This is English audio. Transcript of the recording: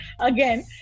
again